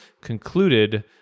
concluded